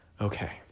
Okay